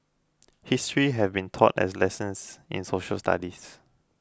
history have been taught as lessons in social studies